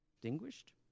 distinguished